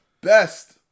best